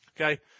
Okay